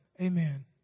Amen